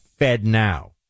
FedNow